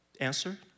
Answer